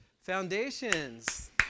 Foundations